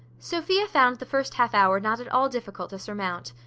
sophia found the first half-hour not at all difficult to surmount.